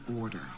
order